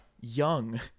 young